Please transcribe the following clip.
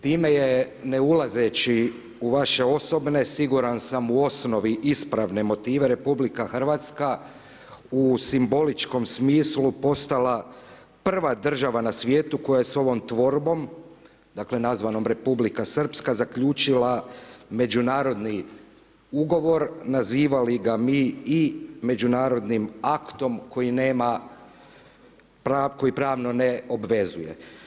Time je ne ulazeći u vaše osobne, siguran sam u osnovi ispravne motive RH u simboličkom smislu postala prva država na svijetu koja sa ovom tvorbom, dakle nazvanom Republika Srpska zaključila međunarodni ugovor, nazivali ga mi i međunarodnim aktom koji pravno ne obvezuje.